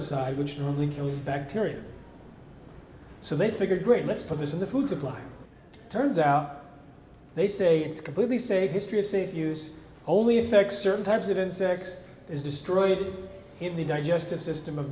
beside which really kills bacteria so they figured great let's put this in the food supply turns out they say it's completely safe history of safe use only affects certain types of insects is destroyed in the digestive system o